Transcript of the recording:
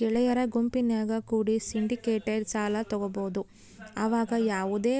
ಗೆಳೆಯರ ಗುಂಪಿನ್ಯಾಗ ಕೂಡ ಸಿಂಡಿಕೇಟೆಡ್ ಸಾಲ ತಗಬೊದು ಆವಗ ಯಾವುದೇ